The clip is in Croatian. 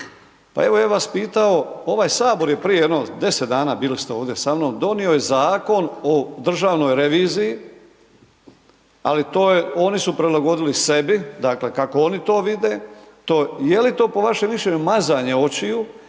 Pa evo, ja bi vas pitao, ovaj HS je prije jedno 10 dana, bili ste ovdje sa mnom, donio je Zakon o državnoj reviziji, ali to je, oni su prilagodili sebi, dakle, kako oni to vide, to, je li to po vašem mišljenju mazanje očiju